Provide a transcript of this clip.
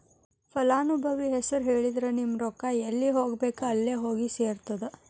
ಫಲಾನುಭವಿ ಹೆಸರು ಹೇಳಿದ್ರ ನಿಮ್ಮ ರೊಕ್ಕಾ ಎಲ್ಲಿ ಹೋಗಬೇಕ್ ಅಲ್ಲೆ ಹೋಗಿ ಸೆರ್ತದ